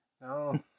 No